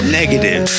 negative